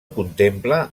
contempla